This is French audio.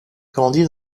grandit